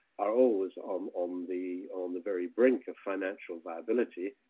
are always um on the on the very brink of financial viability.